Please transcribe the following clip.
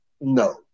No